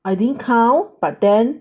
I didn't count but then